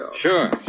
Sure